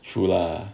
true lah